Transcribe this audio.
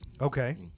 Okay